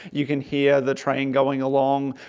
you can hear the train going along.